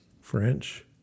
French